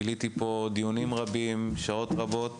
ביליתי פה דיונים רבים ושעות רבות